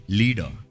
leader